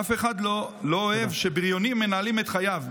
"אף אחד לא אוהב שבריונים מנהלים את חייו,